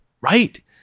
Right